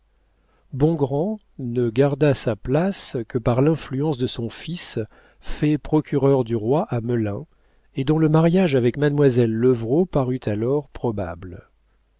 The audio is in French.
bongrand ne garda sa place que par l'influence de son fils fait procureur du roi à melun et dont le mariage avec mademoiselle levrault parut alors probable